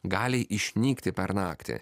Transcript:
gali išnykti per naktį